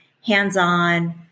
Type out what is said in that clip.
hands-on